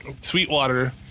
Sweetwater